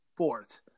fourth